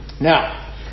Now